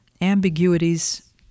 ambiguities